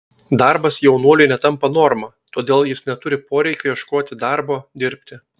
darbas jaunuoliui netampa norma todėl jis neturi poreikio ieškoti darbo dirbti